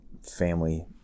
family